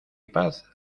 paz